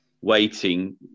waiting